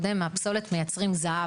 מהפסולת מייצרים זהב.